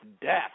death